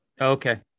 okay